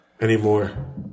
anymore